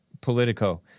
Politico